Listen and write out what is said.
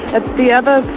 at the other